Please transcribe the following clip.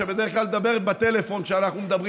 שבדרך כלל מדברת בטלפון כשאנחנו מדברים.